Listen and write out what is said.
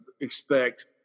expect